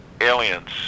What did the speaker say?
aliens